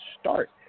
start